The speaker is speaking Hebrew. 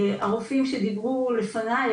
הרופאים שדיברו לפני,